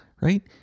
right